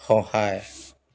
সহায়